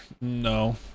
No